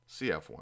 CF1